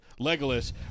Legolas